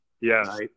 Yes